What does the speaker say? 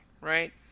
right